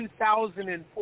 2004